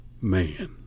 man